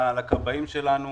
לכבאים שלנו,